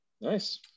Nice